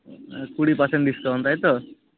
ᱠᱩᱲᱤ percent discount ᱛᱟᱭᱛᱳ